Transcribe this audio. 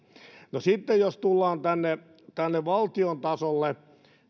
sitten jos tullaan tänne tänne valtion tasolle